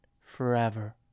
forever